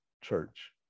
church